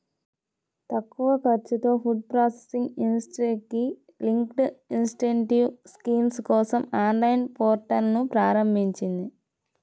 తక్కువ ఖర్చుతో food processing ఇండస్ట్రీకి లింక్డ్ ఇన్సెంటివ్ స్కీమ్ కోసం ఆన్లైన్ పోర్టల్ను ప్రారంభించింది